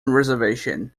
reservation